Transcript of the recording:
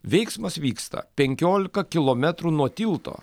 veiksmas vyksta penkiolika kilometrų nuo tilto